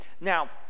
Now